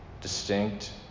distinct